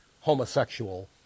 homosexual